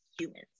humans